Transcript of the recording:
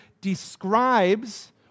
describes